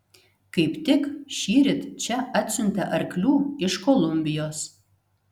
kaip tik šįryt čia atsiuntė arklių iš kolumbijos